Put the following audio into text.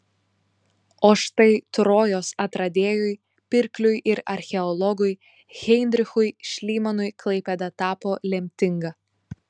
o štai trojos atradėjui pirkliui ir archeologui heinrichui šlymanui klaipėda tapo lemtinga